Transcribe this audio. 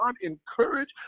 encourage